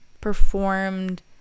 performed